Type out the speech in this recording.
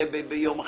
ביום אחר.